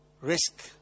Risk